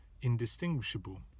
indistinguishable